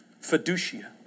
Fiducia